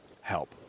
help